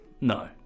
No